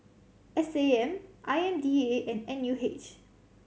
S A M I M D A and N U H